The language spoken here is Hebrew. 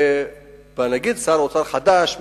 שר אוצר חדש,